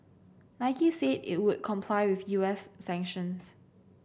Nike said it would comply with U S sanctions